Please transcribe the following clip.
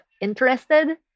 interested